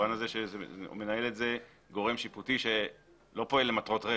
במובן הזה שמנהל את זה גורם שיפוטי שלא פועל למטרות רווח.